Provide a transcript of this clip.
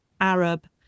Arab